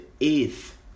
eighth